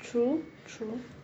true true